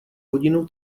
hodinu